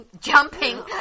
jumping